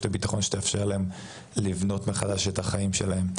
ביטחון שתאפשר להם לבנות את החיים שלהם מחדש.